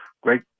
Great